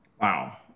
wow